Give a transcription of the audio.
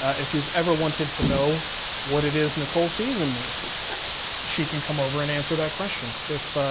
if you've ever wanted to know what it is nicole sees in me she can come over and answer that question. if